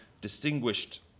distinguished